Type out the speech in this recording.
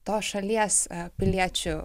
tos šalies piliečių